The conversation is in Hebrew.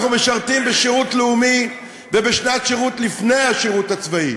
אנחנו משרתים בשירות לאומי ובשנת שירות לפני השירות הצבאי,